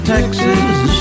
Texas